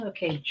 Okay